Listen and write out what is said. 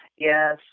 Yes